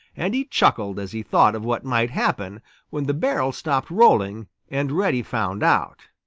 and he chuckled as he thought of what might happen when the barrel stopped rolling and reddy found out.